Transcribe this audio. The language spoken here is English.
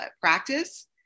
practice